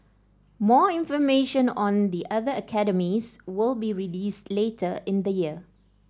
more information on the other academies will be released later in the year